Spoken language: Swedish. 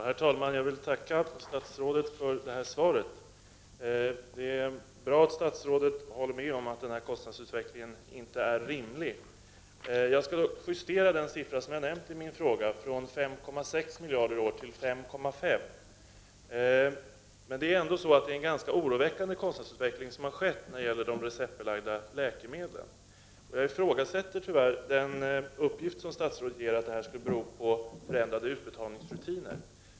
Herr talman! Jag vill tacka statsrådet för svaret. Det är bra att statrådet — 28 november 1989 håller med om att kostnadsutvecklingen inte är rimlig. JE SA Jag skall dock be att få justera en siffra som jag har nämnt i min fråga från 5,6 miljarder i år till 5,5. Men det är ändå en ganska oroande kostnadsutveckling som har skett när det gäller receptbelagda läkemedel. Jag måste tyvärr ifrågasätta den uppgift som statsrådet ger, att detta skulle bero på förändrade utbetalningsrutiner.